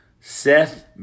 Seth